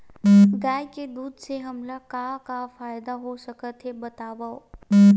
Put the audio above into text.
गाय के दूध से हमला का का फ़ायदा हो सकत हे बतावव?